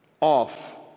off